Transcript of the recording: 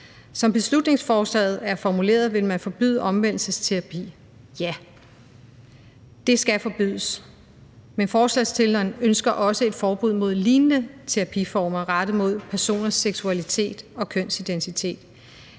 Som beslutningsforslaget er formuleret, vil man forbyde omvendelsesterapi. Ja, det skal forbydes, men forslagsstillerne ønsker også et forbud mod lignende terapiformer rettet mod personers seksualitet og kønsidentitet.